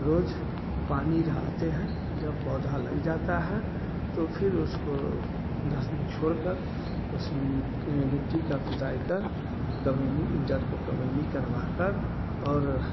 रोज पानी डालते हैं जब पौधा लग जाता है तो फिर उसको दस दिन छोड़ कर उसमें मिट्टी का खुदाई कर कमयनी जड़ को कमयनी करवा कर और